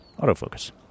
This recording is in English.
Autofocus